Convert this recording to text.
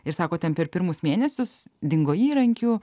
ir sako ten per pirmus mėnesius dingo įrankių